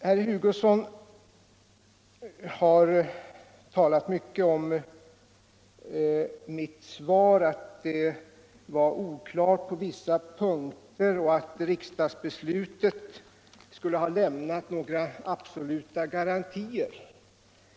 Herr Hugosson har talat mycket om mitt svar — att det var oklart på vissa punkter och att riksdagsbeslutet skulle ha inneburit några absoluta garantier.